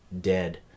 dead